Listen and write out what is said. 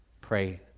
Pray